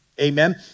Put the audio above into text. Amen